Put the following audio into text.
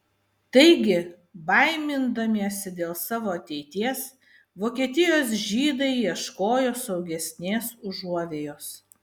taigi baimindamiesi dėl savo ateities vokietijos žydai ieškojo saugesnės užuovėjos